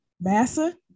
Massa